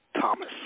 Thomas